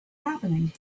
happening